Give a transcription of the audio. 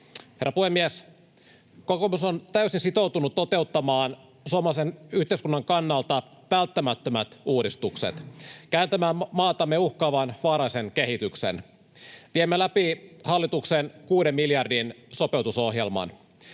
Herra puhemies! Kokoomus on täysin sitoutunut toteuttamaan suomalaisen yhteiskunnan kannalta välttämättömät uudistukset, kääntämään maatamme uhkaavan vaarallisen kehityksen. Viemme läpi hallituksen kuuden miljardin sopeutusohjelman.